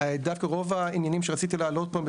דווקא רוב העניינים שרציתי להעלות פה,